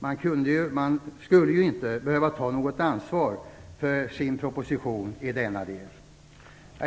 Man skulle ju inte behöva ta något ansvar för sin proposition i denna del.